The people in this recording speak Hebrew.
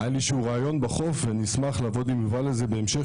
היה לי איזה רעיון ונשמח לעבוד עם יובל בהמשך,